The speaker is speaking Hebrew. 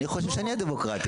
אני חושב שאני הדמוקרטיה.